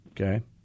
okay